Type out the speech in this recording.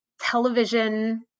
television